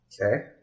Okay